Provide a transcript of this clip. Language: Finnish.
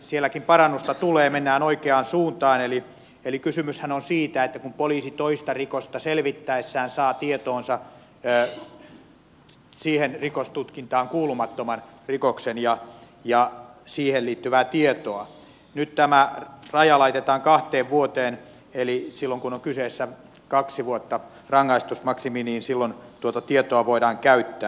sielläkin parannusta tulee mennään oikeaan suuntaan eli kysymyshän on siitä että kun poliisi toista rikosta selvittäessään saa tietoonsa siihen rikostutkintaan kuulumattoman rikoksen ja siihen liittyvää tietoa nyt tämä raja laitetaan kahteen vuoteen eli kun on kyseessä kaksi vuotta rangaistusmaksimi niin silloin tuota tietoa voidaan käyttää